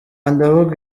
ndavuga